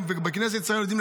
וגם בכנסת ישראל יודעים,